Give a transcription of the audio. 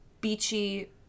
Beachy